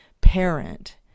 parent